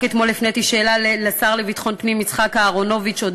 רק אתמול הפניתי שאלה לשר לביטחון פנים יצחק אהרונוביץ על